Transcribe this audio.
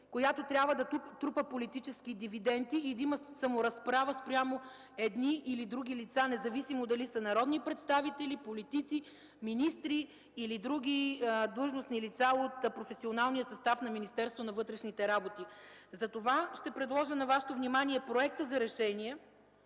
която трябва да трупа политически дивиденти или саморазправа спрямо едни или други лица, независимо дали са народни представители, политици, министри или други длъжностни лица от професионалния състав на Министерството на вътрешните работи. Затова ще предложа на Вашето внимание проекта за: